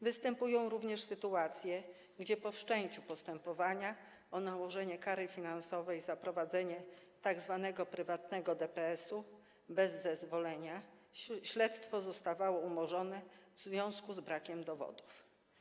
Występują również sytuacje, gdy po wszczęciu postępowania o nałożenie kary finansowej za prowadzenie tzw. prywatnego DPS-u bez zezwolenia śledztwo zostawało umorzone w związku z brakiem dowodów.